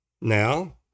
Now